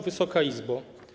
Wysoka Izbo!